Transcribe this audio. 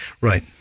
Right